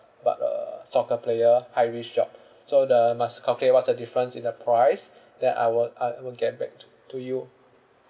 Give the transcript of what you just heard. but uh soccer player high risk job so the must calculate what's the difference in the price then I will I will get back to to you